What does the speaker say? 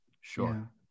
Sure